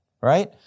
right